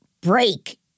break